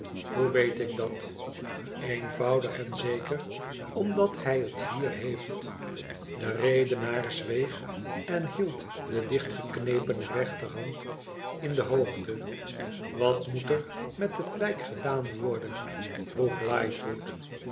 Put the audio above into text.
hoe weet ik dat eenvoudig en zeker omdat hij het hier heeft de redenaar zweeg en hield de dichtgeknepene rechterhand in de hoogte wat moet er met het lijk gedaan worden vroeg